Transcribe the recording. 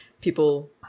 people